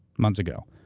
months ago.